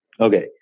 Okay